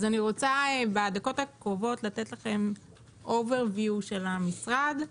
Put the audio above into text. אני רוצה לתת לכם בדקות הקרובות סקירה כללית של המשרד,